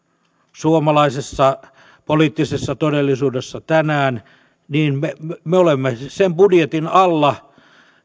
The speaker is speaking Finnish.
suomalaisessa poliittisessa todellisuudessa tänään niin me olemme sen budjetin alla